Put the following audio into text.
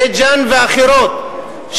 בית-ג'ן ואחרות,